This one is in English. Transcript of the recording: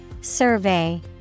Survey